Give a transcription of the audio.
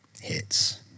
hits